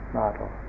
model